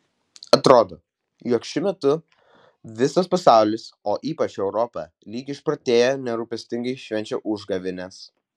atrodo jog šiuo metu visas pasaulis o ypač europa lyg išprotėję nerūpestingai švenčia užgavėnes